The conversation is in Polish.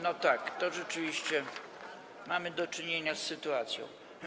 No tak, to rzeczywiście mamy do czynienia z taką sytuacją.